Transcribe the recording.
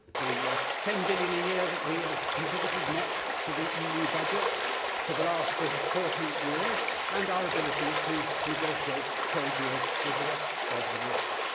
the ten billion pounds a year that we have contributed net to the eu budget for the last ah forty years, and our ability to negotiate trade deals with the rest of the world.